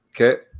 Okay